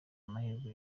amahirwe